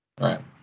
Right